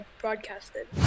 broadcasted